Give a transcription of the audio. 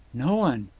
no one.